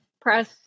press